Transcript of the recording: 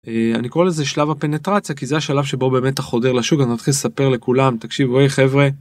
אני קורא לזה שלב הפנטרציה כי זה השלב שבו באמת אתה חודר לשוק אני מתחיל לספר לכולם – תקשיבו הי חברה.